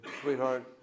Sweetheart